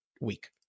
week